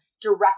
direct